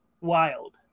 Wild